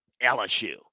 LSU